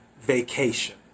vacation